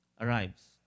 arrives